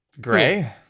Gray